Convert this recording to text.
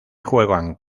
juegan